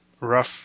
rough